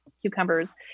cucumbers